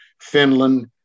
Finland